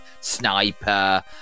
Sniper